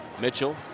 Mitchell